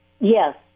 Yes